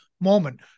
moment